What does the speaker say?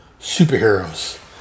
superheroes